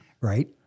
Right